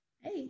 Hey